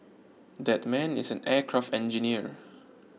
that man is an aircraft engineer